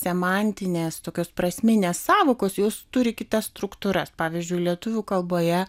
semantinės tokios prasminės sąvokos jos turi kitas struktūras pavyzdžiui lietuvių kalboje